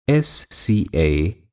SCA